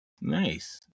Nice